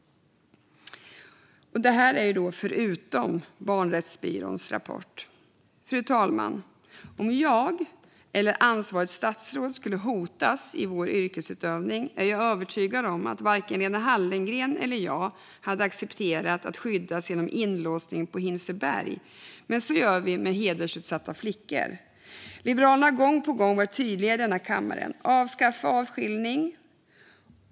Detta är förutom Barnrättsbyråns rapport. Fru talman! Om jag eller ansvarigt statsråd skulle hotas i vår yrkesutövning är jag övertygad om att varken Lena Hallengren eller jag hade accepterat att skyddas genom inlåsning på Hinseberg. Men så gör vi med hedersutsatta flickor. Liberalerna har gång på gång varit tydliga i denna kammare: Avskaffa avskiljning!